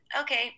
okay